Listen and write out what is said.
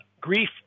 Grief